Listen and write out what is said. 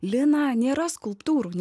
lina nėra skulptūros